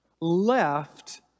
left